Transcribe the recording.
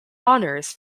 honors